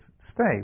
stay